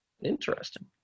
Interesting